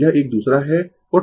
यह एक दूसरा है